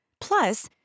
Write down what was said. Plus